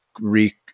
re